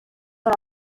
are